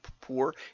poor